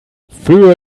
für